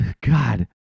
God